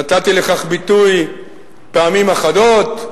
נתתי לכך ביטוי פעמים אחדות.